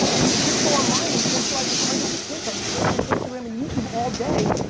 these kids go online and socialize with hundreds of kids on twitch and instagram and youtube all day.